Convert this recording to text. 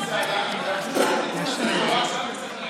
אני רוצה להגיד לך,